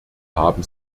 haben